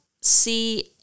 see